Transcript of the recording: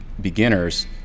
beginners